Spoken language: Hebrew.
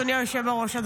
אדוני היושב-ראש.